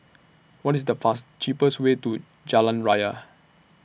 What IS The fast cheapest Way to Jalan Raya